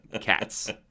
Cats